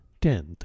tenth